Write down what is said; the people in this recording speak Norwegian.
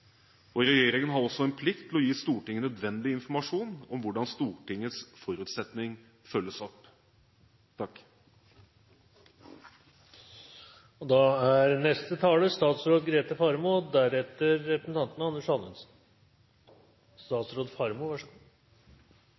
alvor. Regjeringen har også en plikt til å gi Stortinget nødvendig informasjon om hvordan Stortingets forutsetning følges opp. Erfaringer har vist at det er